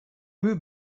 moved